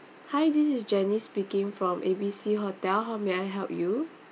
hi this is janice speaking from A B C hotel how may I help you